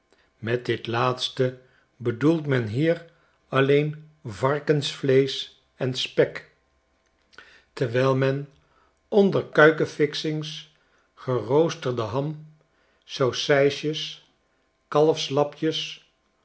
met dit laatste bedoelt men hier alleen varkensvleesch en spek terwijl men onder kuik en fixings geroosterdeham saucijsjes kalfslapjes